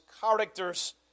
characters